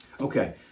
Okay